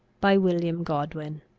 by william godwin